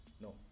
No